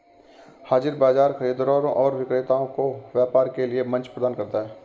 हाज़िर बाजार खरीदारों और विक्रेताओं को व्यापार के लिए मंच प्रदान करता है